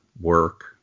work